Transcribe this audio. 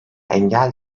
engel